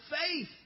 faith